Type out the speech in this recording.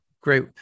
great